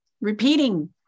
repeating